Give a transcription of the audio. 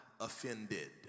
offended